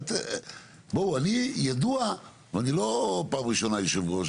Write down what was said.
אני לא פעם ראשונה יושב ראש,